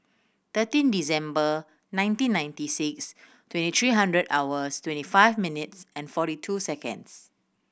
thirteen December nineteen ninety six twenty three hundred hours twenty five minutes and forty two seconds